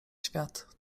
świat